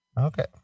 Okay